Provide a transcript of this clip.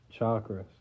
chakras